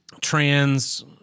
trans